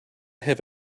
have